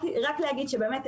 רק להגיד באמת,